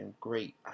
great